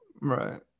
right